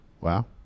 Wow